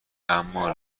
اما